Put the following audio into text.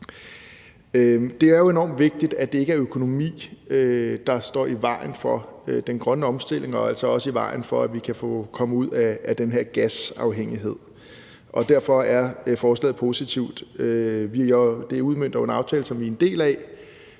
Det er jo enormt vigtigt, at det ikke er økonomi, der står i vejen for den grønne omstilling og altså også i vejen for, at vi kan komme ud af den her gasafhængighed, og derfor er forslaget positivt. Det udmønter jo en aftale, som vi er en del af.